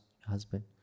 husband